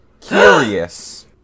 Curious